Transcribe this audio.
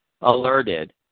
alerted